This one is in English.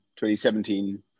2017